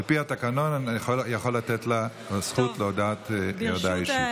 על פי התקנון אני יכול לתת לה זכות להודעה אישית.